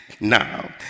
now